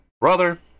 Brother